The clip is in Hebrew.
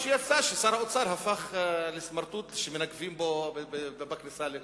ומה שיצא זה ששר האוצר הפך לסמרטוט שמנגבים בו בכניסה לכנסת,